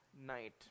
night